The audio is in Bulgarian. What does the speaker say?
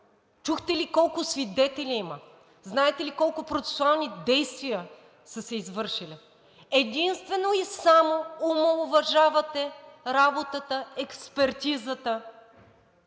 Чухте ли колко свидетели има? Знаете ли колко процесуални действия са се извършили? Единствено и само омаловажавате работата, експертизата.